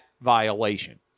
violation